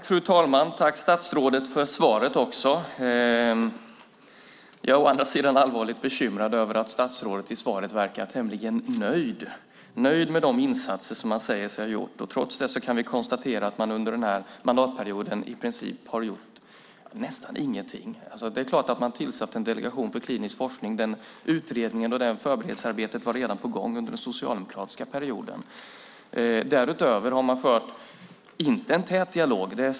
Fru talman! Jag tackar statsrådet för svaret. Jag är dock allvarligt bekymrad över att statsrådet i sitt svar verkar tämligen nöjd med de insatser man säger sig ha gjort, trots att vi kan konstatera att man under denna mandatperiod nästan inte gjort någonting. Visst, man har tillsatt en delegation för klinisk forskning. Den utredningen och det förberedelsearbetet var dock på gång redan under den socialdemokratiska regeringsperioden. Därutöver har man fört en dialog, men inte en tät dialog.